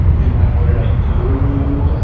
being like, what did i do?